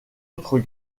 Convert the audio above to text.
autres